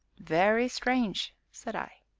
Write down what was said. very strange! said i.